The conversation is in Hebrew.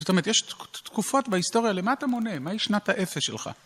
זאת אומרת, יש תקופות בהיסטוריה למה אתה מונה? מהי שנת ה-0 שלך?